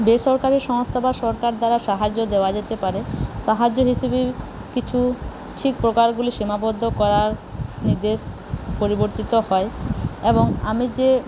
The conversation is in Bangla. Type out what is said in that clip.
বেসরকারি সংস্থা বা সরকার দ্বারা সাহায্য দেওয়া যেতে পারে সাহায্য হিসেবে কিছু প্রকারগুলি সীমাবদ্ধ করার নির্দেশ পরিবর্তিত হয় এবং আমি যে